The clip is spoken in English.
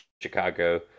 Chicago